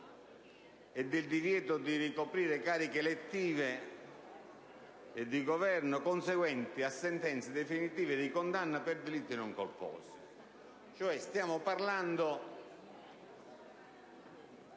e divieto di ricoprire cariche elettive e di Governo conseguenti a sentenze definitive di condanna per delitti non colposi.